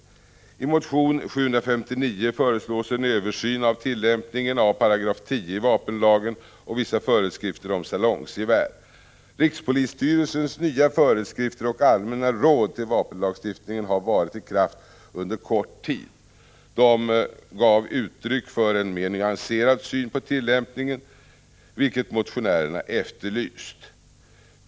I motion 759 föreslås en översyn av tillämpningen av 10 § i vapenlagen och vissa föreskrifter om salongsgevär. Rikspolisstyrelsens nya föreskrifter och allmänna råd till vapenlagstiftningen har varit i kraft under kort tid. De gav uttryck för en mer nyanserad syn på tillämpningen, vilket motionärerna efterlyst.